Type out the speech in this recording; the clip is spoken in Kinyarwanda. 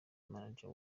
manager